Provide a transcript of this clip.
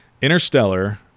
Interstellar